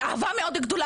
באהבה מאוד גדולה,